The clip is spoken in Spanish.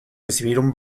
recibieron